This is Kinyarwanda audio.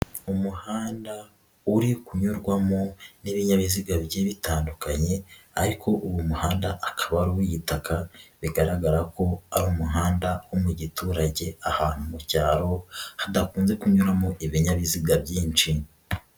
Umuhanda uri kunyurwamo n'ibinyabiziga bigiye bitandukanye ariko uwo muhanda akaba ari uw'igitaka bigaragara ko ari umuhanda wo mu giturage ahantu mu byaro hadakunze kunyuramo ibinyabiziga byinshi.